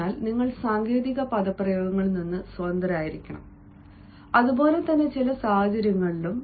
അതിനാൽ നിങ്ങൾ സാങ്കേതിക പദപ്രയോഗങ്ങളിൽ നിന്ന് സ്വതന്ത്രരായിരിക്കണം റഫർ സമയം 2938 അതുപോലെ തന്നെ ചില സാഹചര്യങ്ങളിലും